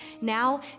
Now